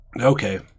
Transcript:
Okay